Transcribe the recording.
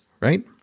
right